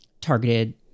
targeted